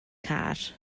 car